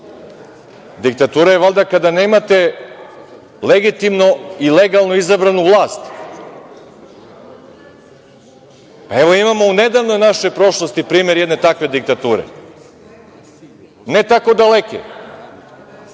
Diktatura je valjda kada nemate legitimno i legalno izabranu vlast. Evo imamo u nedavnoj našoj prošlosti primer jedne takve diktature. Ne tako daleke.